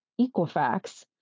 Equifax